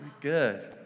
Good